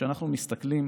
כשאנחנו מסתכלים